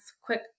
quick